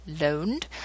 loaned